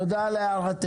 תודה על הערתך.